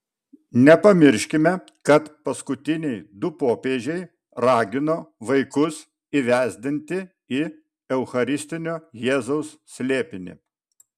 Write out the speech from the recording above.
nepamirškime kad paskutiniai du popiežiai ragino vaikus įvesdinti į eucharistinio jėzaus slėpinį